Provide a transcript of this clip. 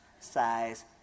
...size